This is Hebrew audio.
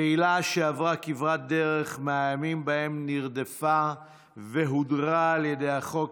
קהילה שעברה כברת דרך מהימים שבהם נרדפה והודרה על ידי החוק